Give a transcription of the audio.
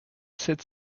sept